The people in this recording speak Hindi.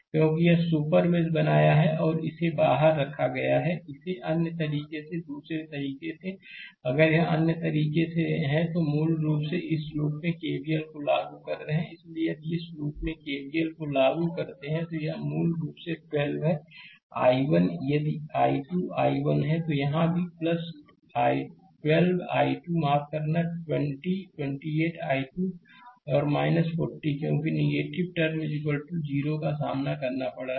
क्योंकि यह सुपर मेश बनाया गया है और इसे बाहर रखा गया है इसे अन्य तरीके से दूसरे तरीके से अगर यह अन्य तरीके से है तो मूल रूप से इस लूप में केवीएल को लागू कर रहे हैं इसलिए यदि इस लूप में केवीएल को लागू करते हैं तो यह मूल रूप से 12 है I1 यह एक 12 I1 है तो यहां भी 12 I2 माफ करना 20 28 I2 और 40 क्योंकि नेगेटिव टर्म 0 का सामना करना पड़ता है